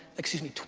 excuse me,